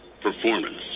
performance